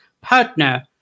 partner